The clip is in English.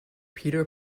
peter